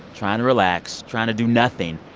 trying to relax, trying to do nothing,